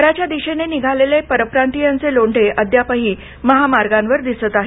घराच्या दिशेने निघालेले परप्रांतीयांचे लोंढे अद्यापही महामार्गांवर दिसत आहेत